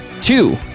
two